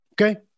Okay